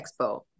expo